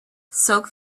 soak